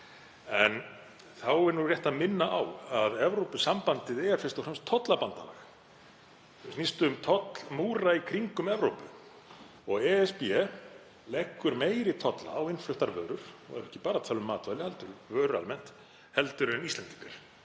En þá er rétt að minna á að Evrópusambandið er fyrst og fremst tollabandalag, það snýst um tollmúra í kringum Evrópu. ESB leggur meiri tolla á innfluttar vörur, þá er ég ekki bara tala um matvæli heldur vörur almennt, en Íslendingar.